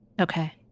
Okay